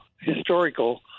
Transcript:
historical